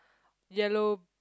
yellow